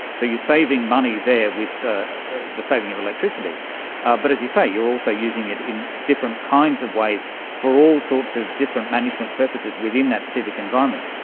so you're saving money there with the the saving of electricity but as you say, you're also using it in different kinds of ways for all sorts of different management purposes within that civic environment.